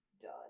done